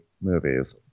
movies